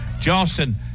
Justin